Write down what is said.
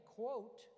quote